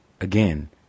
again